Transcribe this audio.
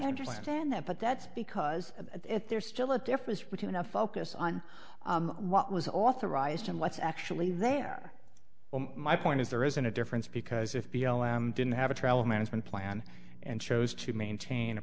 understand that but that's because there's still a difference between a focus on what was authorized and what's actually they are my point is there isn't a difference because if b l m didn't have a travel management plan and chose to maintain a